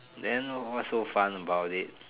then what's so fun about it